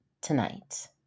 tonight